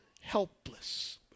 helpless